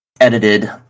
edited